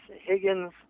Higgins